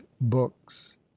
books